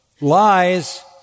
lies